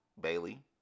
Bailey